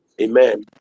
Amen